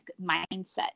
mindset